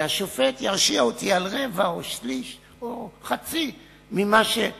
והשופט ירשיע אותי על רבע או שליש או חצי מכתב-האישום.